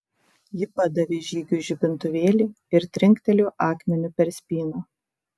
ji padavė žygiui žibintuvėlį ir trinktelėjo akmeniu per spyną